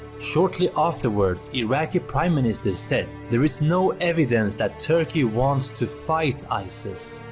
shortly afterwards, iraqi prime minister said there is no evidence that turkey wants to fight isis.